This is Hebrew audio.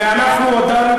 ואנחנו הודענו,